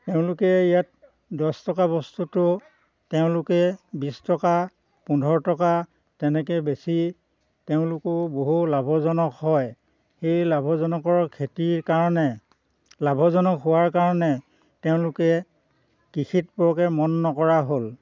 তেওঁলোকে ইয়াত দহ টকাৰ বস্তুটো তেওঁলোকে বিশ টকা পোন্ধৰ টকা তেনেকে বেচি তেওঁলোকো বহু লাভজনক হয় সেই লাভজনকৰ খেতিৰ কাৰণে লাভজনক হোৱাৰ কাৰণে ত্তেওঁলোকে কৃষিত বৰকে মন নকৰা হ'ল